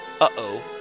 uh-oh